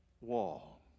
wall